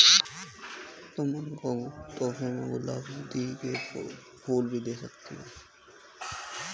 तुम उनको तोहफे में गुलाउदी के फूल भी दे सकती हो